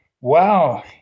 wow